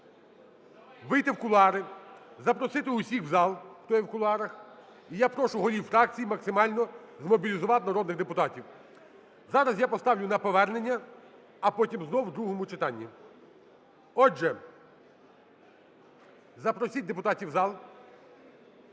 вийти в кулуари, запросити всіх в зал, хто є в кулуарах. І я прошу голів фракцій максимально змобілізувати народних депутатів. Зараз я поставлю на повернення, а потім знову в другому читанні. Отже, запросіть депутатів у зал.